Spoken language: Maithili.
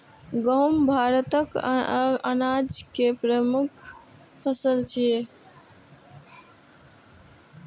गहूम भारतक अनाज केर प्रमुख फसल छियै